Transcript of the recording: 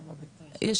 אני לא רואה אנגלית.